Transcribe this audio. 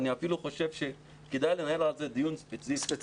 אני אפילו חושב שכדאי לנהל על זה דיון ספציפי.